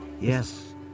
Yes